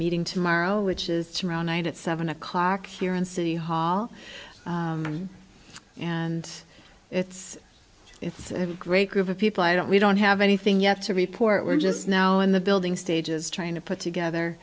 meeting tomorrow which is tomorrow night at seven o'clock here in city hall and it's it's a great group of people i don't we don't have anything yet to report we're just now in the building stages trying to put together